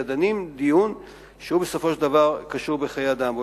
אלא דנים דיון שבסופו של דבר קשור בחיי אדם.